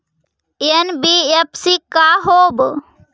NBFC का होब?